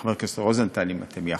חבר הכנסת רוזנטל, אם אתה שותף,